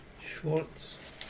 Schwartz